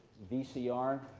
vcr.